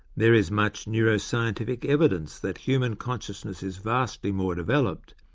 there is much neuroscientific evidence that human consciousness is vastly more developed,